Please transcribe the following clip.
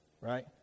right